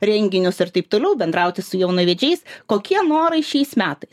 renginius ir taip toliau bendrauti su jaunavedžiais kokie norai šiais metais